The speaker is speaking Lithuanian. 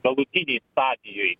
galutinėj stadijoj